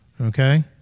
okay